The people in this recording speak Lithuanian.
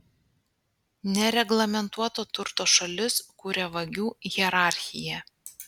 nereglamentuoto turto šalis kuria vagių hierarchiją